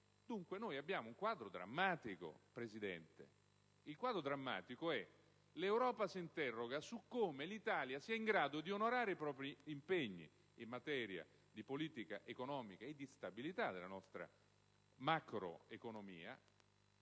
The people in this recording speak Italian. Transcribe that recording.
Dunque, siamo dinanzi ad un quadro drammatico, signora Presidente, che è il seguente: l'Europa si interroga su come l'Italia sia in grado di onorare i propri impegni in materia di politica economica e di stabilità della nostra macroeconomia